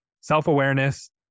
self-awareness